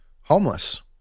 homeless